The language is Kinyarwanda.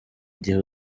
igihe